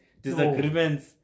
disagreements